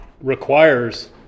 requires